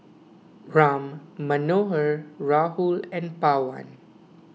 Ram Manohar Rahul and Pawan